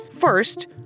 First